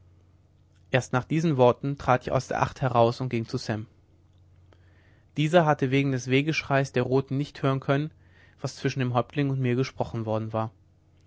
erst nach diesen worten trat ich aus der acht heraus und ging zu sam dieser hatte wegen des wehegeschreies der roten nicht hören können was zwischen dem häuptling und mir gesprochen worden war